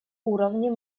уровне